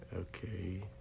Okay